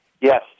Yes